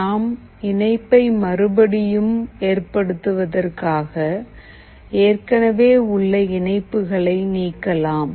நாம் இணைப்பை மறுபடியும் ஏற்படுத்துவதற்காக ஏற்கனவே உள்ள இணைப்புகளை நீக்கலாம்